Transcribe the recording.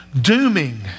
dooming